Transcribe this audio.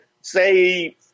say